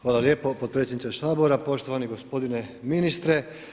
Hvala lijepo potpredsjedniče Sabora, poštovani gospodine ministre.